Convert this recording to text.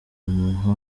umuha